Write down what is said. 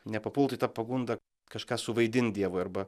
nepapult į tą pagundą kažką suvaidint dievui arba